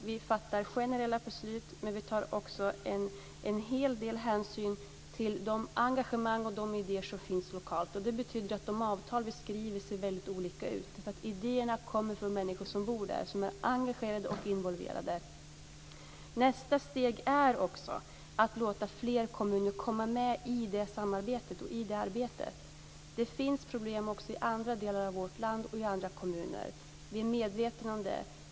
Vi fattar generella beslut, men vi tar också en hel del hänsyn till de engagemang och idéer som finns lokalt. Det betyder att de avtal som vi skriver ser väldigt olika ut, för idéerna kommer från människor som bor där, är engagerade och involverade. Nästa steg är att låta fler kommuner komma med i det samarbetet och i det arbetet. Det finns problem även i andra delar av vårt land och i andra kommuner. Vi är medvetna om det.